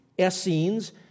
Essenes